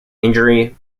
injury